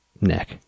neck